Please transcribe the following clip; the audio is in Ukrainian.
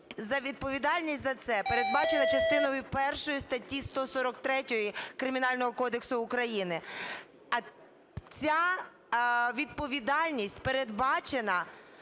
Відповідальність за це передбачена частиною першою статті 143 Кримінального кодексу України. Ця відповідальність передбачена